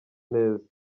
neza